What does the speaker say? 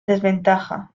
desventaja